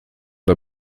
der